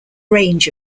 range